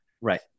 right